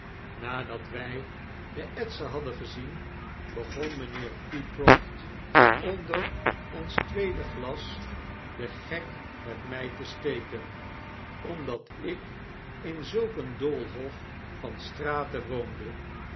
nadat wij de etsen hadden gezien begon mynheer pycroft onder ons tweede glas den gek met my te steken omdat ik in zulk een doolhof van straten woonde